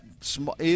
small